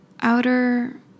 outer